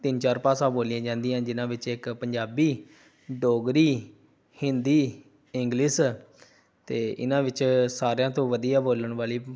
ਤਿੰਨ ਚਾਰ ਭਾਸ਼ਾ ਬੋਲੀਆਂ ਜਾਂਦੀਆਂ ਜਿਹਨਾਂ ਵਿੱਚ ਇੱਕ ਪੰਜਾਬੀ ਡੋਗਰੀ ਹਿੰਦੀ ਇੰਗਲਿਸ਼ 'ਤੇ ਇਹਨਾਂ ਵਿੱਚ ਸਾਰਿਆਂ ਤੋਂ ਵਧੀਆ ਬੋਲਣ ਵਾਲੀ